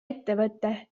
ettevõte